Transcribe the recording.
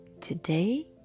Today